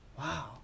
Wow